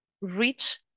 reach